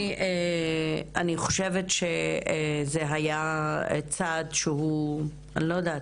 אני חושבת שזה היה צעד שהוא, אני לא יודעת.